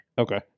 Okay